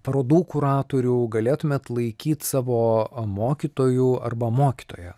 parodų kuratorių galėtumėt laikyt savo mokytoju arba mokytoja